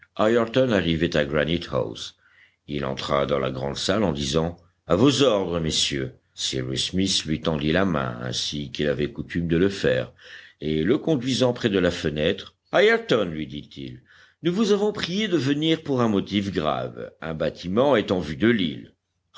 ayrton arrivait à granite house il entra dans la grande salle en disant à vos ordres messieurs cyrus smith lui tendit la main ainsi qu'il avait coutume de le faire et le conduisant près de la fenêtre ayrton lui dit-il nous vous avons prié de venir pour un motif grave un bâtiment est en vue de l'île